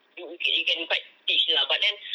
do okay you can quite teach lah but then